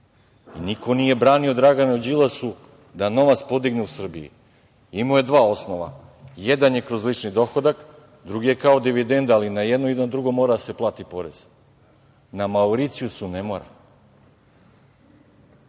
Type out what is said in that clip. Niko nije branio Draganu Đilasu da novac podigne u Srbiji. Imao je dva osnova. Jedan je kroz lični dohodak, drugi je kao dividenda, ali i na jedno i na drugo mora da se plati porez, a na Mauricijusu ne mora.